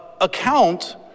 account